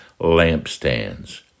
lampstands